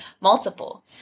multiple